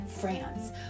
France